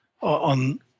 on